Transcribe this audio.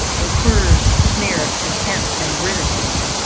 incurs the sneer of contempt and ridicule,